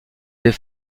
des